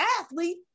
athlete